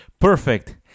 Perfect